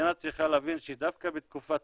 המדינה צריכה להבין שדווקא בתקופת